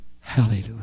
Hallelujah